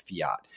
fiat